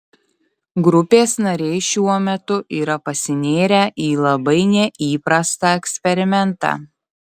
grupės nariai šiuo metu yra pasinėrę į labai neįprastą eksperimentą